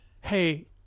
Hey